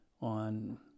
on